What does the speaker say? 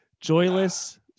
Joyless